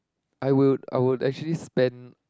I would I would actually spend